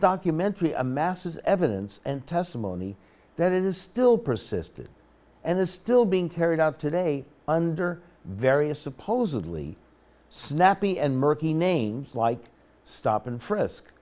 documentary amasses evidence and testimony that is still persisted and is still being carried out today under various supposedly snappy and murky names like stop and frisk